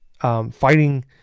fighting